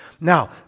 Now